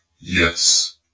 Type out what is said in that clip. Yes